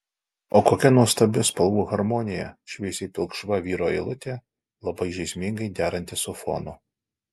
o kokia nuostabi spalvų harmonija šviesiai pilkšva vyro eilutė labai žaismingai deranti su fonu